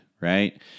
right